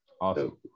Awesome